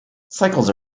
cycles